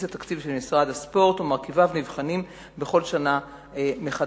התקציב של משרד הספורט ומרכיביו נבחנים בכל שנה מחדש.